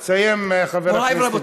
תסיים, חבר הכנסת גליק.